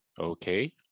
Okay